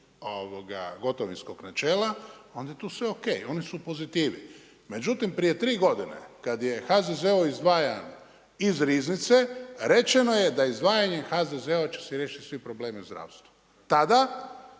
gotovinskog načela, onda je tu sve ok, oni su u pozitivi. Međutim, prije 3 godine, kad je HZZO izdvaja iz riznice, rečeno je da je izdvajanje HZZO će se riješiti svi problemi u zdravstvu. Tada,